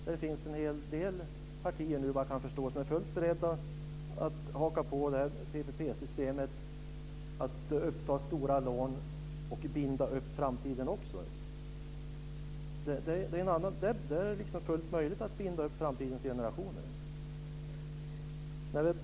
Där finns det nu, vad jag kan förstå, en hel del partier som är fullt beredda att haka på det här PPP systemet, att ta stora lån och binda upp framtiden. Där är det fullt möjligt att binda upp framtidens generationer.